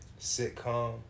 sitcom